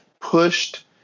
pushed